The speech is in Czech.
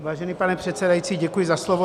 Vážený pane předsedající, děkuji za slovo.